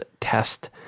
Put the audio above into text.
test